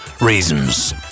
reasons